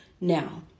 Now